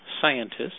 scientists